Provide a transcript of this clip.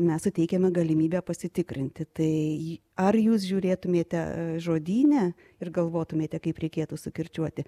mes suteikiame galimybę pasitikrinti tai ar jūs žiūrėtumėte žodyne ir galvotumėte kaip reikėtų sukirčiuoti